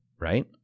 right